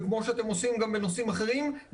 כמו שאתם עושים גם בנושאים אחרים,